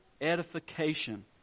edification